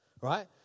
right